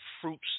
fruits